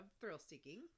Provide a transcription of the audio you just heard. thrill-seeking